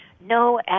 No